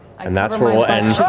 and that's where we'll end